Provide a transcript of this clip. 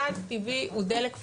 גז טבעי הוא דלק פוסילי.